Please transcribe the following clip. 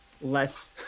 less